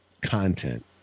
content